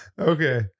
Okay